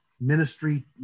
ministry